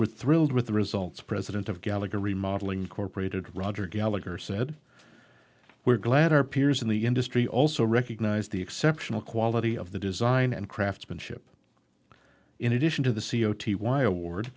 were thrilled with the results president of gallagher remodelling incorporated roger gallagher said we're glad our peers in the industry also recognize the exceptional quality of the design and craftsmanship in addition to the c o t y award